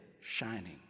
shining